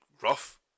rough